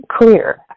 clear